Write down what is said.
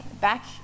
Back